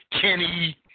Kenny